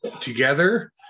together